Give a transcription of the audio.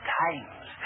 times